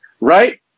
Right